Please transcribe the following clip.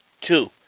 Two